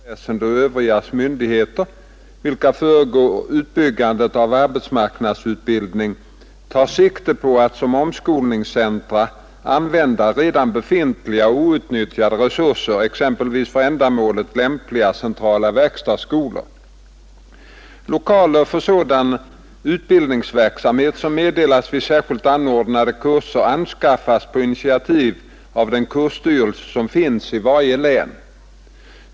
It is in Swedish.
Herr talman! Herr Nilsson i Tvärålund har frågat mig om den planering och samordning med det reguljära skolväsendet och övriga myndigheter, vilka föregår utbyggnaden av arbetsmarknadsutbildningen, tar sikte på att som omskolningscentra använda redan befintliga och outnyttjade resurser, exempelvis för ändamålet lämpliga centrala verkstadsskolor. Lokaler för sådan arbetsmarknadsutbildning som meddelas vid särskilt anordnade kurser anskaffas på initiativ av den kursstyrelse som finns i varje län.